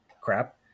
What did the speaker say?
crap